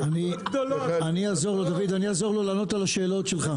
דוד, אני אעזור לו לענות על השאלות שלך.